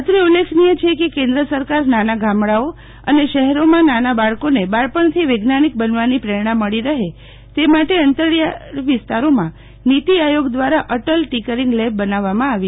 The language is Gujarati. અત્રે ઉલ્લેખનીય છે કે કેન્દ્ર સરકાર નાના ગામડાઓ અને શહેરોમાં નાના બાળકોને બાળપણથી વૈજ્ઞાનિક બનવાની પ્રેરણા મળી રહે તે માટે અંતરિયાળ વિસ્તારોમાં નીતી આયોગ દ્રારા અટલ ટિકરિંગ લેબ બનાવવામાં આવે છે